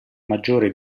maggiore